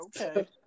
Okay